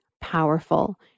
powerful